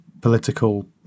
political